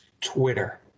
Twitter